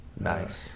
Nice